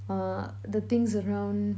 uh the things around